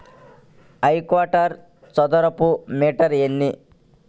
హెక్టారుకు చదరపు మీటర్లు ఎన్ని?